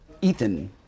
Ethan